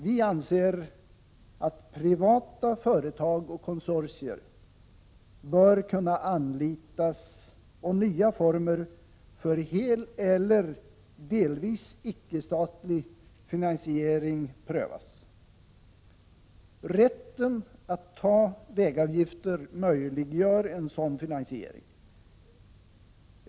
Vi anser att privata företag och konsortier bör kunna anlitas och nya former för hel eller delvis icke-statlig finansiering prövas. Rätten att ta vägavgifter möjliggör en sådan finansiering.